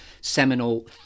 seminal